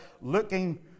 looking